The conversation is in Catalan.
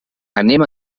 anem